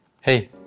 Hey